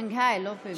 שנגחאי, לא בייג'ין.